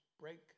break